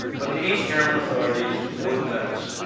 but the east german authorities wouldn't let us.